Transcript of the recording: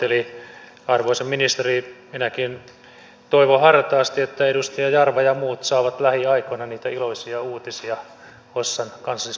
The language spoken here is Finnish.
eli arvoisa ministeri minäkin toivon hartaasti että edustaja jarva ja muut saavat lähiaikoina niitä iloisia uutisia hossan kansallispuiston perustamisesta